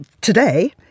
today